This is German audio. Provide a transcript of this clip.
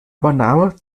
übernahme